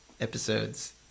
episodes